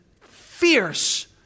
fierce